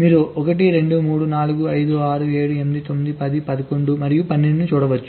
మీరు 1 2 3 4 5 6 7 8 9 10 11 మరియు 12 ని చూడవచ్చు